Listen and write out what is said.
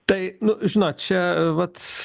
tai nu žinot čia vat